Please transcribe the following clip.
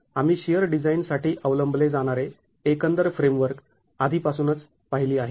आम्ही shear design साठी अवलंबले जाणारे एकंदर फ्रेमवर्क आधीपासूनच पाहिली आहे